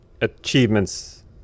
achievements